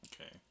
Okay